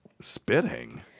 Spitting